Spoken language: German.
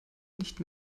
nicht